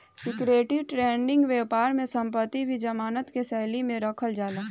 security trading बैपार में संपत्ति भी जमानत के शैली में रखल जाला